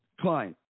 client